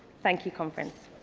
thank you, conference.